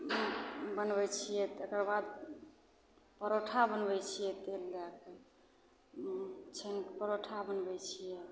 बनबै छिए तकरबाद परौठा बनबै छिए तेल दैके छानिके परौठा बनबै छिए